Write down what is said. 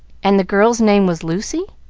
and the girl's name was lucy?